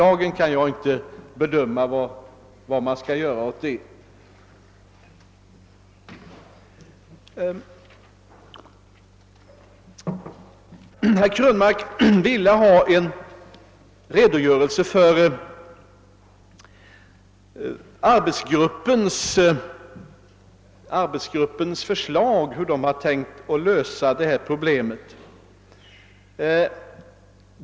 Herr Krönmark ville ha en redogörelse för hur arbetsgruppen inom jordbruksnämnden har tänkt lösa detta problem.